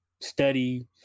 study